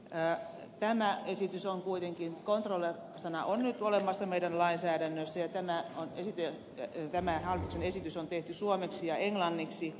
ja tämä esitys on kuitenkin controller sana on nyt olemassa meidän lainsäädännössämme ja tämä hallituksen esitys on tehty suomeksi ja englanniksi